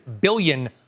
billion